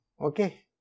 Okay